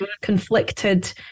conflicted